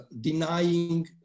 denying